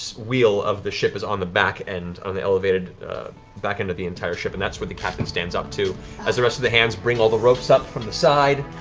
wheel of the ship is on the back end, on the elevated back end of the entire ship, and that's where the captains stands up to as the rest of the hands bring all the ropes up from the side.